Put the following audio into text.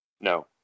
No